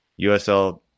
usl